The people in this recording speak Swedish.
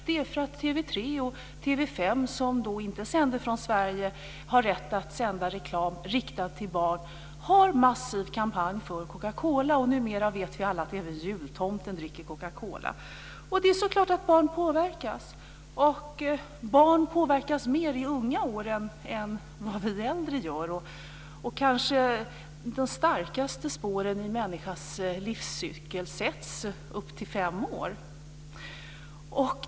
Det är för att TV 3 och Kanal 5 som inte sänder från Sverige och har rätt att sända reklam riktad till barn har en massiv kampanj för cocacola. Numera vet vi alla att även jultomten dricker cocacola. Det är klart att barn påverkas. Barn påverkas mer än vad vi äldre gör. De starkaste spåren under en människas livscykel sätts kanske innan hon är fem år.